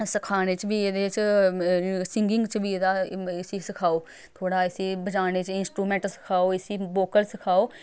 सखाने च बी एह्दे च सिंगिंग च बी एह्दा इसी सखाओ थोह्ड़ा इसी बजाने च इंस्ट्रूमैंट सखाओ इसी वोकल सखाओ